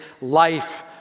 life